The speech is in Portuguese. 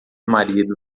marido